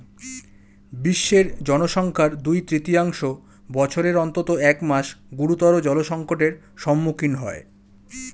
বিশ্বের জনসংখ্যার দুই তৃতীয়াংশ বছরের অন্তত এক মাস গুরুতর জলসংকটের সম্মুখীন হয়